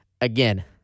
again